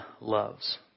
loves